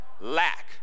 lack